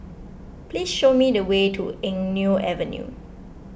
please show me the way to Eng Neo Avenue